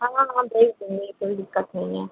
हाँ हम भेज देंगे कोई दिक्कत नहीं है